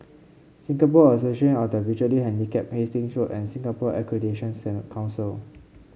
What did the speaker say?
Singapore Association of the Visually Handicapped Hastings Road and Singapore Accreditation Council